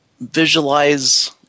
visualize